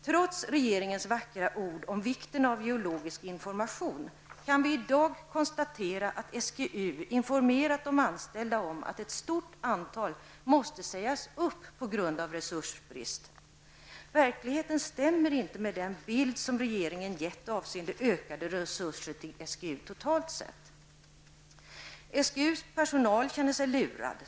Trots regeringens vackra ord om vikten av geologisk information kan vi i dag konstatera att SGU informerat de anställda om att ett stort antal måste sägas upp på grund av resursbrist. Verkligheten stämmer inte med den bild som regeringen gett avseende ökade resurser till SGU totalt sett. SGUs personal känner sig lurad.